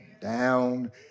down